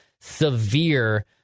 severe